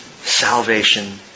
salvation